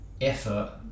effort